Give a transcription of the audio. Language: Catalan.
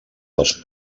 dels